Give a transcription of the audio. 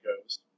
goes